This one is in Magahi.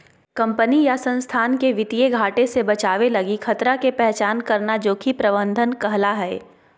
कंपनी या संस्थान के वित्तीय घाटे से बचावे लगी खतरा के पहचान करना जोखिम प्रबंधन कहला हय